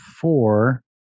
four